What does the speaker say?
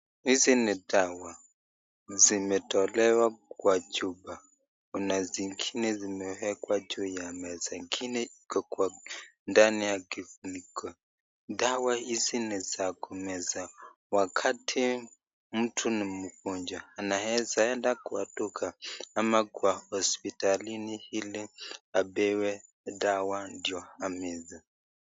Hizi ni dawa. Zimetolewa kwa chupa. Kuna zingine zimewekwa juu ya meza, ingine iko kwa ndani ya kifuniko. Dawa hizi ni za kumeza. Wakati mtu ni mgonjwa, anaweza enda kwa duka ama kwa hospitalini ili apewe dawa ameze.